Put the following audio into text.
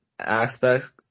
aspects